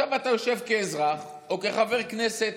עכשיו, אתה יושב כאזרח או כחבר כנסת